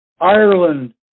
Ireland